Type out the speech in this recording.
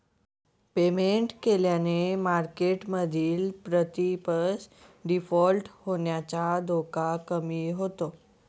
payment केल्याने मार्केटमधील प्रतिपक्ष डिफॉल्ट होण्याचा धोका कमी होतो